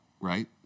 right